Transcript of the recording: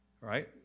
Right